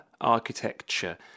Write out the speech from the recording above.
architecture